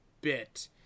bit